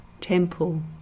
temple